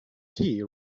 tea